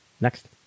Next